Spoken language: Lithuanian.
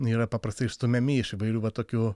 yra paprastai išstumiami iš įvairių va tokių